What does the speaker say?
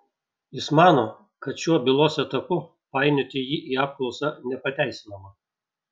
jis mano kad šiuo bylos etapu painioti jį į apklausą nepateisinama